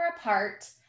apart